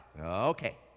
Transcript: Okay